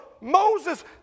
Moses